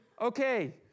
okay